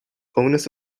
owners